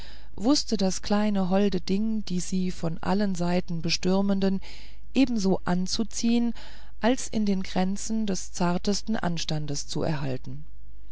wußte das kleine holde ding die sie von allen seiten bestürmenden ebenso anzuziehen als in den grenzen des zartesten anstandes zu erhalten